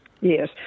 Yes